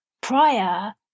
prior